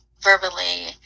verbally